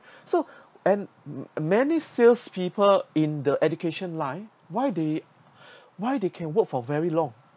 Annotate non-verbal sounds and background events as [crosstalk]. so and many sales people in the education line why they [breath] why they can work for very long